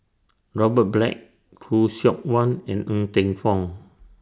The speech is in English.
Robert Black Khoo Seok Wan and Ng Teng Fong